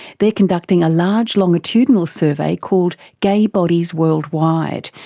they're conducting a large longitudinal survey called gay bodies worldwide,